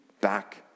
back